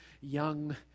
young